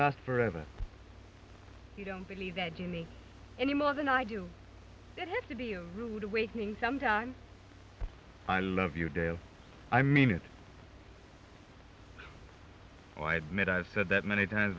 last forever you don't believe that to me any more than i do this to be a rude awakening sometimes i love you dale i mean it i admit i've said that many times